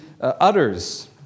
utters